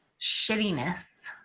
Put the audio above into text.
shittiness